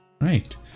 Right